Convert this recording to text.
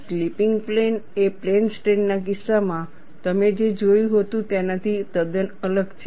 slipping plane એ plane strain ના કિસ્સામાં તમે જે જોયું હતું તેનાથી તદ્દન અલગ છે